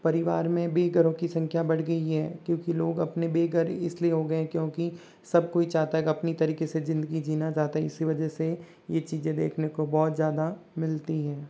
परिवार में बेघरों की संख्या बढ़ गई है क्योंकि लोग अपने बेघर इसलिए हो गए हैं क्योंकि सब कोई चाहता है कि अपनी तरीके से जिंदगी जीना चाहता है इसी वजह से ये चीज़ें देखने को बहुत ज़्यादा मिलती हैं